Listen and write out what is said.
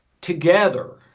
together